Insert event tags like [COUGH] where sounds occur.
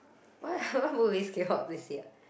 what [BREATH] what movies came out this year